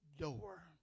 door